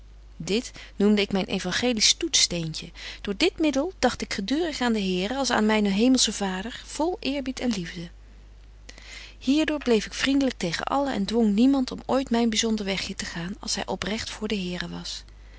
dit noemde ik myn euangelisch toetssteentje door dit middel dagt ik gedurig aan den here als aan mynen hemelschen vader vol eerbied en liefde hier door bleef ik vriendelyk tegen allen en dwong niemand om ooit myn byzonder wegje betje wolff en aagje deken historie van mejuffrouw sara burgerhart te gaan als hy oprecht voor den here was